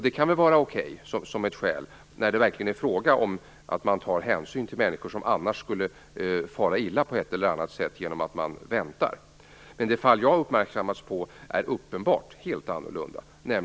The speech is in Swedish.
Det kan väl vara okej som ett skäl om det verkligen är fråga om att ta hänsyn till människor som annars skulle fara illa på ett eller annat sätt genom att de får vänta. Men i det fall som jag har uppmärksammats förhåller det sig helt annorlunda.